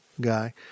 guy